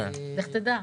לך תדע.